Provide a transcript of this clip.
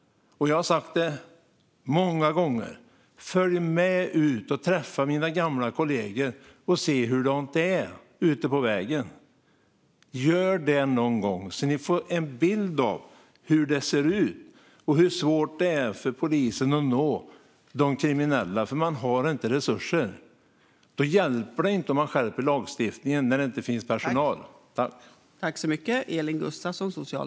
Jag har sagt detta många gånger: Följ med ut och träffa mina gamla kollegor och se hur det är ute på vägen! Gör det någon gång så att ni får en bild av hur det ser ut och av hur svårt det är för polisen att nå de kriminella, för man har inte resurser. Det hjälper inte att skärpa lagstiftningen när det inte finns personal.